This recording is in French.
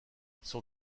son